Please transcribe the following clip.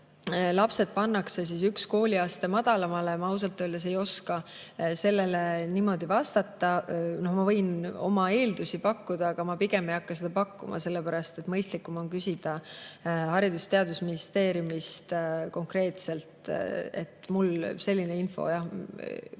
lapsed pannakse üks klassiaste madalamale – ma ausalt öeldes ei oska sellele vastata. Ma võin oma eeldusi pakkuda, aga ma pigem ei hakka seda tegema, sellepärast et mõistlikum on küsida Haridus‑ ja Teadusministeeriumist konkreetselt. Mul selline info